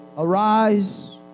Arise